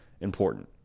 important